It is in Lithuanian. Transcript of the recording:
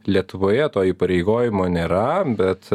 lietuvoje to įpareigojimo nėra bet